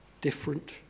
different